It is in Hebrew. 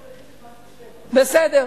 בסדר,